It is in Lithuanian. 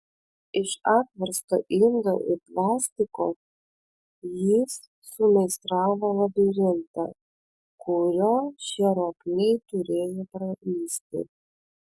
iš apversto indo ir plastiko jis sumeistravo labirintą kuriuo šie ropliai turėjo pralįsti